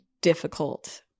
difficult